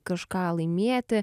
kažką laimėti